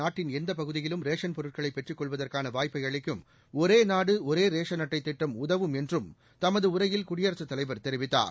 நாட்டின் எந்தப் பகுதியிலும் ரேஷன் பொருட்களை பெற்றுக் கொள்வதற்கான வாய்ப்பை அளிக்கும் ஒரே நாடு ஒரே ரேஷன் அட்டைத் திட்டம் இடம்பெயர்ந்தவர்களுக்கு பெரிதும் உதவும் என்றும் தனது உரையில் குடியரசுத் தலைவர் தெரிவித்தார்